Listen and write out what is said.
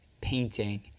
painting